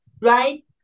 right